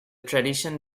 tradition